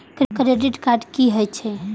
Credit card की हे छे?